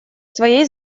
своей